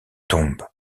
tombe